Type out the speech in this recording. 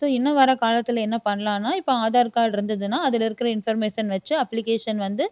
so இன்னும் வர காலத்தில் என்ன பண்ணலான்னா இப்போ ஆதார் கார்டு இருந்துதுன்னால் அதில் இருக்கிற இன்ஃபர்மேஷன் வச்சு அப்ளிகேஷன் வந்து